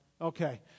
Okay